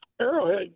Arrowhead